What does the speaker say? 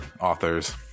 authors